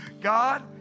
God